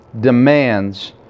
demands